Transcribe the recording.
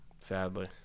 sadly